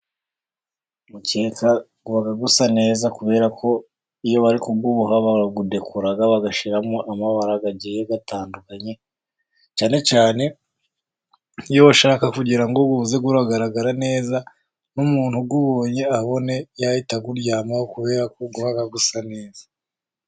Umukeka uba usa neza, kubera ko iyo bari kunyuboha barawudekora, bagashimo amabara agiye gatandukanye, cyane cyane iyo ushaka kugira ngo, uze uragaragara neza, n'umuntu uwubonye ayahite awuryamaho, kubera kugu gusa neza.